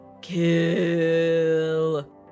kill